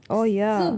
oh ya